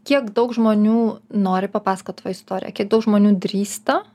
kiek daug žmonių nori papasakot va istoriją kiek daug žmonių drįsta